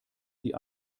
die